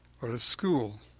or a school.